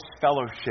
fellowship